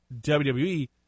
WWE